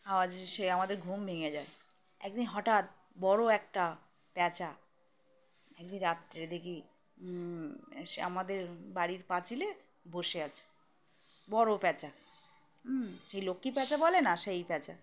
আওয়াজ সে আমাদের ঘুম ভেঙে যায় একদিন হঠাৎ বড় একটা প্যাঁচা একদিন রাত্রে দেখি সে আমাদের বাড়ির পাঁচিলে বসে আছে বড় প্যাঁচা হুম সেই লক্ষ্মী প্যাঁচা বলে না সেই প্যাঁচা